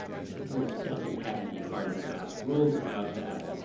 the board doesn't have any hard and fast rules about that.